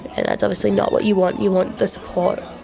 and that's obviously not what you want, you want the support.